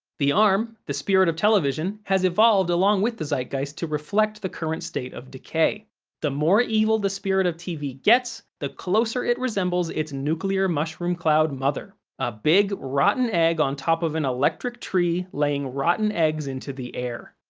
the arm, the spirit of television, has evolved along with the zeitgeist to reflect the current state of decay the more evil the spirit of tv gets, the closer it resembles its nuclear mushroom cloud mother a big, rotten egg on top of an electric tree laying rotten eggs into the air.